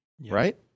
right